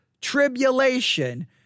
tribulation